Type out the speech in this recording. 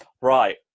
Right